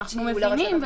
אנחנו מבינים.